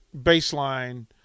baseline